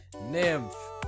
Nymph